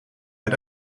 met